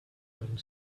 and